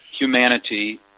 humanity